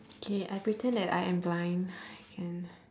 K I pretend that I am blind can